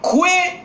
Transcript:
Quit